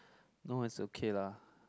no it's okay lah